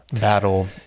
battle